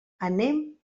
anem